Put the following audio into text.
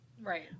Right